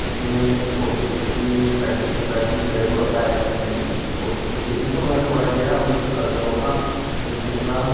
जिनें मीं कोशिश कीती मि थ्रैड कीता कि मेरे कोला पैहे खौह्ने दी कोशिश बी कीती ते में थोह्ड़ जेहा हून सतर्क रौह्न्नां हून दिक्खनां